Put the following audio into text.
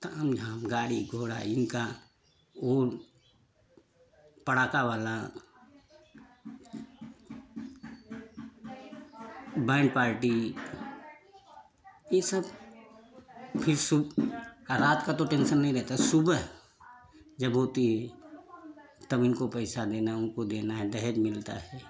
तामझाम गाड़ी घोड़ा इनका ओन पड़ाका वाला बैंड पार्टी ये सब फिर सुब रात का तो टेंसन नहीं रहता सुबह जब होती तब इनको पैसा देना उनको देना है दहेज मिलता है